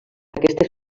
aquesta